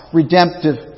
redemptive